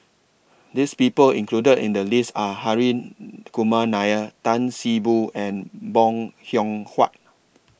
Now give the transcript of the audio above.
This People included in The list Are Harry Kumar Nair Tan See Boo and Bong Hiong Hwa